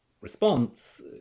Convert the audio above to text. response